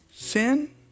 Sin